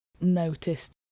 noticed